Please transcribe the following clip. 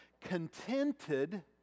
contented